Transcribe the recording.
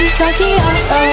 tokyo